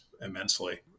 immensely